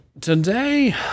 today